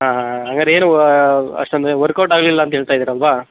ಹಾಂ ಹಂಗಾರ್ ಏನು ವಾ ಅಷ್ಟೊಂದು ವರ್ಕೌಟ್ ಆಗಲಿಲ್ಲ ಅಂತ ಹೇಳ್ತ ಇದೀರಾ ಅಲ್ವಾ